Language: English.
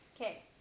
Okay